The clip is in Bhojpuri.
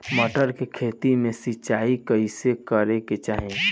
मटर के खेती मे सिचाई कइसे करे के चाही?